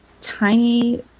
tiny